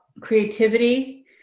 creativity